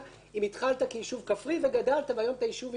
אם התחלת כישוב כפרי וגדלת והיום אתה ישוב עירוני,